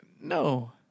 No